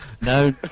No